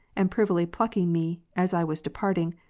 and privily plucking me as i was departing,